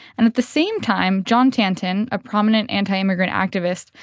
and at the same time, john tanton, a prominent anti-immigrant activist,